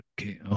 Okay